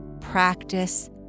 practice